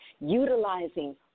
utilizing